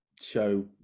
show